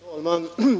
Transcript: Herr talman!